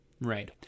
right